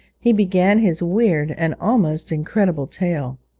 he began his weird and almost incredible tale.